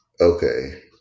okay